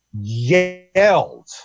yelled